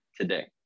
today